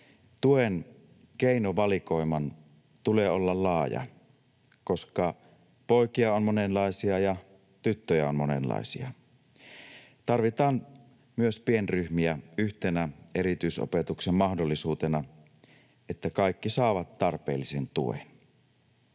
Tuen keinovalikoiman tulee olla laaja, koska poikia on monenlaisia ja tyttöjä on monenlaisia. Tarvitaan myös pienryhmiä yhtenä erityisopetuksen mahdollisuutena, jotta kaikki saavat tarpeellisen tuen.